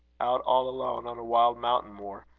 out all alone on a wild mountain-moor,